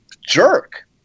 jerk